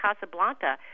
Casablanca